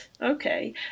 okay